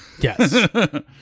Yes